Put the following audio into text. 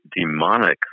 demonic